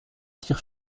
tire